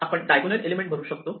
आपण diagonal element भरू शकतो